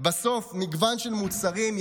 בסוף מגוון של מוצרים,